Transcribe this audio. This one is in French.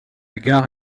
gare